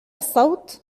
الصوت